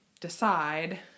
decide